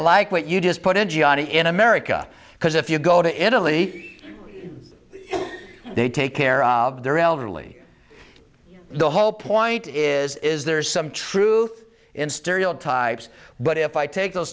like what you just put in gianni in america because if you go to italy they take care of their elderly the whole point is is there is some truth in stereotypes but if i take those